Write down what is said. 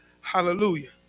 Hallelujah